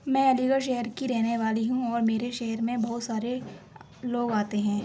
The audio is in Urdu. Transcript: میں علی گڑھ شہر کی رہنے والی ہوں اور میرے شہر میں بہت سارے لوگ آتے ہیں